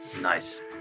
Nice